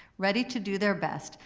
ready to do their best,